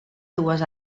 dues